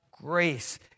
grace